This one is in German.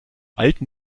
alten